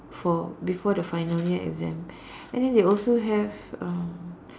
for before the final year exam and then they also have uh